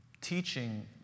teaching